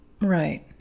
Right